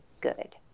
good